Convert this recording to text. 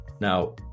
Now